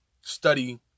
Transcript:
study